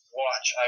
watch